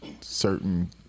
certain